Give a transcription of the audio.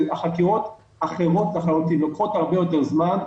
והחקירות אחרות לחלוטין: לוקחות הרבה יותר זמן,